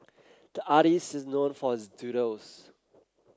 the artist is known for his doodles